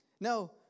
No